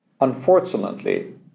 Unfortunately